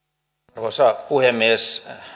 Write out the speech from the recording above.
arvoisa puhemies